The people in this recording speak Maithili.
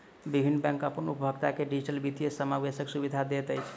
विभिन्न बैंक अपन उपभोगता के डिजिटल वित्तीय समावेशक सुविधा दैत अछि